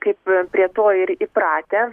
kaip prie to ir įpratę